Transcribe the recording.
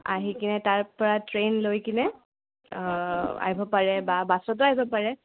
আহি কিনে তাৰপৰা ট্ৰেইন লৈ কিনে আহিব পাৰে বা বাছতো আহিব পাৰে